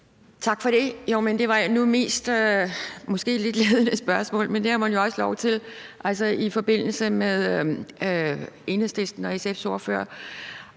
Tak for det. Det er måske mest et lidt ledende spørgsmål, men det har man jo også lov til, i forbindelse med Enhedslistens og SF's ordfører.